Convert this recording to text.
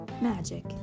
magic